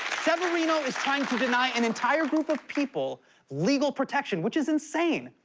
severino is trying to deny an entire group of people legal protection, which is insane.